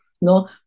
No